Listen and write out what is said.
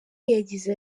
yagize